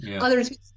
Others